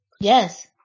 Yes